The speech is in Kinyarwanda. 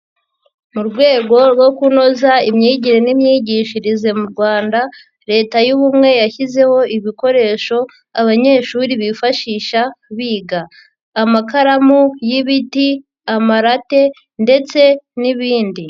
Mu rwego rwo kunoza imyigire n'imyigishirize mu Rwanda, leta y'ubumwe yashyizeho ibikoresho, abanyeshuri bifashisha biga. Amakaramu y'ibiti, amarate ndetse n'ibindi.